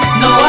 no